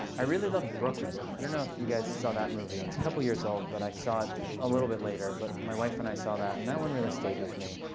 i really love brooklyn. i don't know if you guys saw that movie. it's a couple of years old. but i saw it a little bit later. but my wife and i saw that. and that one really stayed with me.